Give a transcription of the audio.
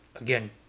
again